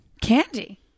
Candy